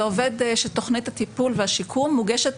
זה עובד כך שתוכנית הטיפול והשיקום מוגשת